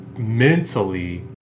Mentally